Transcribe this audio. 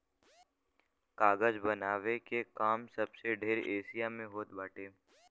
कागज बनावे के काम सबसे ढेर एशिया में होत बाटे